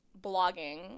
blogging